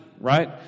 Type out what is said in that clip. right